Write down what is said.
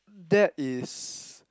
that is